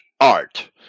art